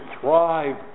thrive